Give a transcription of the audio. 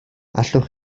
allwch